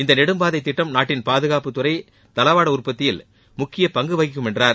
இந்த நெடும்பாதைத் திட்டம் நாட்டின் பாதுகாப்புத் துறை தளவாட உற்பத்தியில் முக்கிய பங்கு வகிக்கும் என்றார்